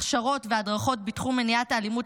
הכשרות והדרכות בתחום מניעת האלימות